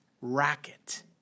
racket